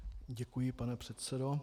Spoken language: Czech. Děkuji, pane předsedo.